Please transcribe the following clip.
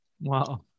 Wow